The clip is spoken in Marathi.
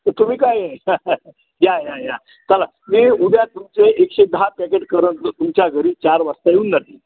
तर तुम्ही काय आहे या या या चला मी उद्या तुमचे एकशे दहा पॅकेट करून तुमच्या घरी चार वाजता येऊन जातील